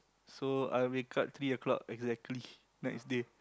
so I wake up three o-clock exactly next day